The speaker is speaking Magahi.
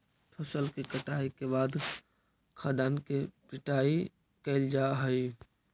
फसल के कटाई के बाद खाद्यान्न के पिटाई कैल जा हइ